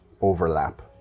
overlap